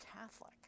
Catholic